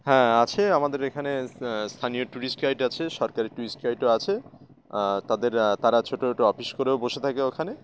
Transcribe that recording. হ্যাঁ আছে আমাদের এখানে স্থানীয় টুরিস্ট গাইড আছে সরকারি টুরিস্ট গাইডও আছে তাদের তারা ছোটো ছোটো অফিস করেও বসে থাকে ওখানে